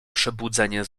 przebudzenie